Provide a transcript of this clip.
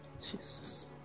jesus